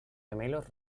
gemelos